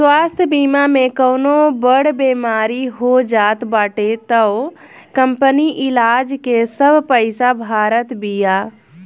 स्वास्थ्य बीमा में कवनो बड़ बेमारी हो जात बाटे तअ कंपनी इलाज के सब पईसा भारत बिया